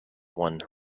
one